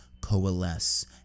coalesce